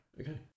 Okay